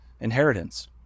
inheritance